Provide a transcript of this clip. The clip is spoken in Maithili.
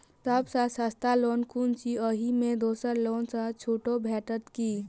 सब सँ सस्ता लोन कुन अछि अहि मे दोसर लोन सँ छुटो भेटत की?